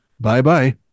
Bye-bye